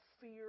fear